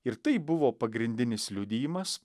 ir tai buvo pagrindinis liudijimas